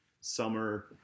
summer